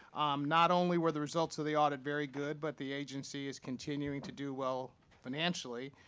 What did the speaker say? not only were the results of the audit very good, but the agency is continuing to do well financially.